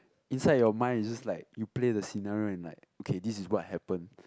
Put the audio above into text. inside your mind is just like you play the scenario and like okay this is what happen